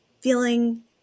feeling